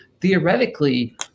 theoretically –